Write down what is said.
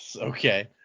Okay